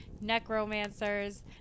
necromancers